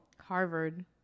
Harvard